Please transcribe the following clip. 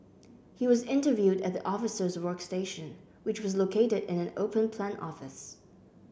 he was interviewed at the officers workstation which was located in an open plan office